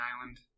island